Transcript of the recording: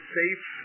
safe